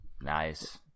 Nice